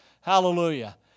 Hallelujah